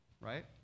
right